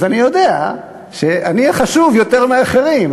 אז אני יודע שאני חשוב יותר מאחרים,